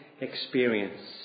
experience